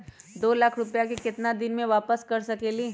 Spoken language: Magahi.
दो लाख रुपया के केतना दिन में वापस कर सकेली?